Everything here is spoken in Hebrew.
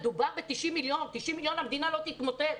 מדובר ב-90 מיליון שקלים ובסכום הזה המדינה לא תתמוטט.